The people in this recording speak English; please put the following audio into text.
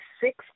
six